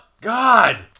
God